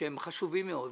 שהם חשובים מאוד,